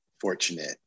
fortunate